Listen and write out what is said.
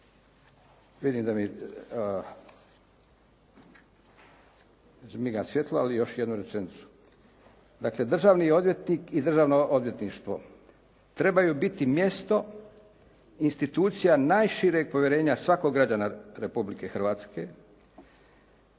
Vidim da mi žmiga svjetlo, ali još jednu rečenicu. Dakle državni odvjetnik i Državno odvjetništvo trebaju biti mjesto, institucija najšireg povjerenja svakog građana Republike Hrvatske.